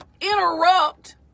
interrupt